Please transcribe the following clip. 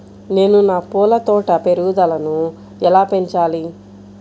నేను నా పూల తోట పెరుగుదలను ఎలా పెంచాలి?